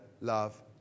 love